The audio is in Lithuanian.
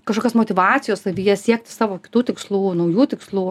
kažkokios motyvacijos savyje siekti savo kitų tikslų naujų tikslų